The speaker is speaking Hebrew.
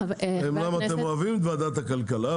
אומנם אתם אוהבים את ועדת הכלכלה,